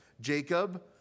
Jacob